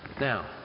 Now